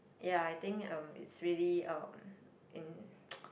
ya I think um it's really um in